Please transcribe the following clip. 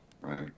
right